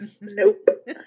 nope